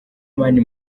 mani